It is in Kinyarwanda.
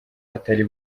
atari